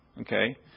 okay